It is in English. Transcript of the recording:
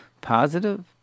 positive